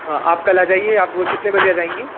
हाँ आप कल आ जाइए आप कितने बजे आ जाएँगी